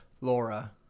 Laura